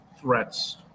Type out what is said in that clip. threats